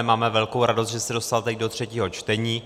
Máme velkou radost, že se dostal teď do třetího čtení.